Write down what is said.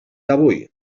avui